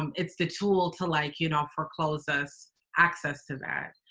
um it's the tool to like, you know, forclose us access to that.